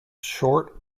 short